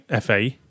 FA